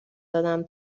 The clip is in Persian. دادم